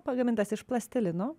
pagamintas iš plastilino